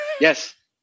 Yes